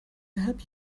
help